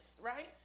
right